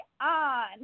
on